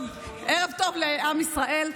טוב, ערב טוב לעם ישראל.